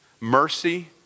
Mercy